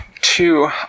two